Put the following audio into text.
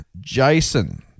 Jason